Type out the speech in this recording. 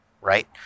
right